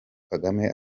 kagame